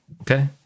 Okay